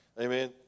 Amen